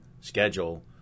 schedule